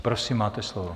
Prosím máte slovo.